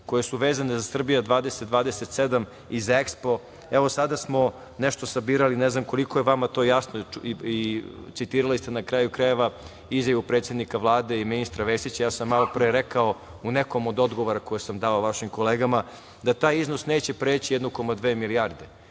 koje su vezane „Srbija 2027“ i za EKSPO, evo sada smo nešto sabirali, ne znam koliko je to vama jasno i citirali ste na kraju krajeva izjavu predsednika Vlade i ministra Vesića. Ja sam malopre rekao u nekom od odgovora koje sam dao vašim kolegama da taj iznos neće preći 1,2 milijarde,